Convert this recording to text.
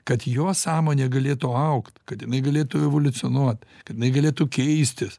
kad jo sąmonė galėtų augt kad jinai galėtų evoliucionuot kad jinai galėtų keistis